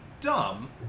dumb